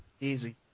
Easy